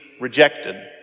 rejected